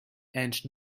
and